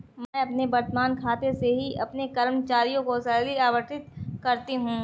मैं अपने वर्तमान खाते से ही अपने कर्मचारियों को सैलरी आबंटित करती हूँ